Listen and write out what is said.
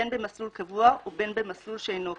בין במסלול קבוע ובין במסלול שאינו קבוע,